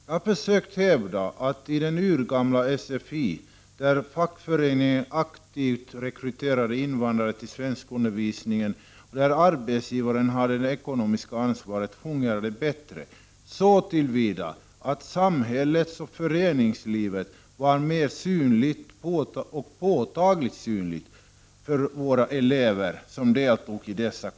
Jag har försökt hävda att i den urgamla sfi, där fackföreningen aktivt rekryterade invandrare till svenskundervisningen och arbetsgivaren hade det ekonomiska ansvaret, fungerade det bättre. Samhället och föreningslivet blev mera synligt och påtagligt för de elever som deltog i kurserna.